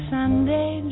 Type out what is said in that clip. Sunday